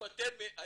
ולא